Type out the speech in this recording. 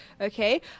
Okay